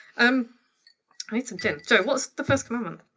um need some gin. joe, what's the first commandment?